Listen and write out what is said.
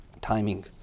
Timing